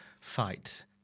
fight